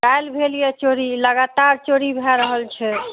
काल्हि भेल यऽ चोरी लगातार चोरी भए रहल छै